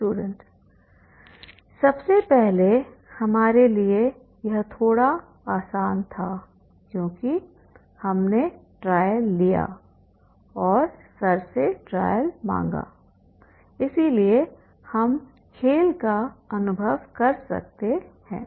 student सबसे पहले हमारे लिए यह थोड़ा आसान था क्योंकि हमने ट्रायल लिया और सर से ट्रायल मांगा इसलिए हम खेल का अनुभव कर सकते हैं